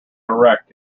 erect